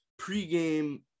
pregame –